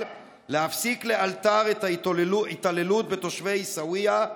להפסיק לאלתר את ההתעללות בתושבי עיסאוויה,